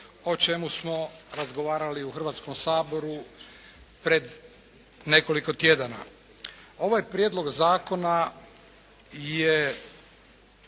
o čemu smo razgovarali u Hrvatskom saboru pred nekoliko tjedana. Ovaj Prijedlog zakona je